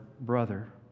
brother